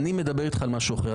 אני מדבר איתך כאן על משהו אחר,